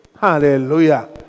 Hallelujah